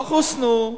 לא חוסנו,